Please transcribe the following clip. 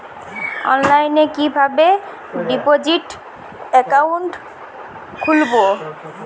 অনলাইনে কিভাবে deposit account খুলবো?